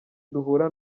duhura